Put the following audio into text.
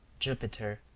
jupiter,